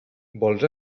vols